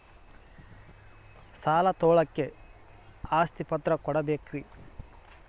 ಸಾಲ ತೋಳಕ್ಕೆ ಆಸ್ತಿ ಪತ್ರ ಕೊಡಬೇಕರಿ?